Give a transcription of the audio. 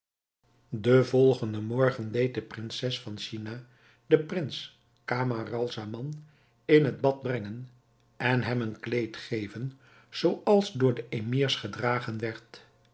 den volgenden morgen deed de prinses van china den prins camaralzaman in het bad brengen en hem een kleed geven zooals door de emirs gedragen werd